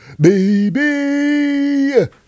baby